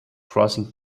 crossing